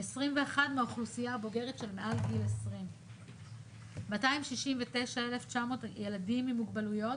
21 מהאוכלוסייה הבוגרת של מעל גיל 20. 269,900 ילדים עם מוגבלויות